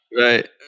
Right